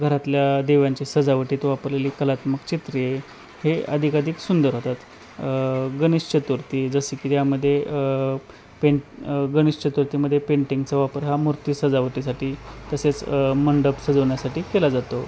घरातल्या देवळांची सजावटीत वापरलेली कलात्मक चित्रे हे अधिक अधिक सुंदर होतात गणेश चतुर्थी जसे की त्यामध्ये पेंट गणेश चतुर्थीमध्ये पेंटिंगचा वापर हा मूर्तीसजावटीसाठी तसेच मंडप सजवण्यासाठी केला जातो